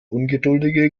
ungeduldige